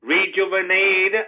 Rejuvenate